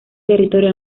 territorio